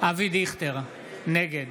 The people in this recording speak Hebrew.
אבי דיכטר, נגד